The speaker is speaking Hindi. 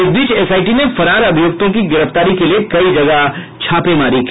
इस बीच एसआईटी ने फरार अभियुक्तों की गिरफ्तारी के लिये कई जगह छापेमारी की